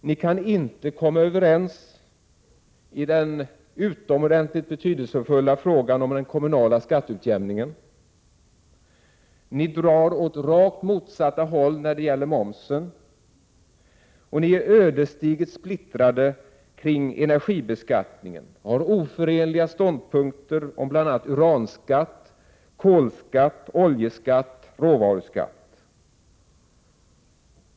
Ni kan inte komma överens i den utomordentligt betydelsefulla frågan om den kommunala skatteutjämningen. Ni drar åt rakt motsatta håll när det gäller momsen. Ni är ödesdigert splittrade kring energibeskattningen och har oförenliga ståndpunkter om bl.a. uranskatt, kolskatt, oljeskatt och råvaruskatt.